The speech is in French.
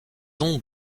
ont